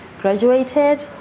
graduated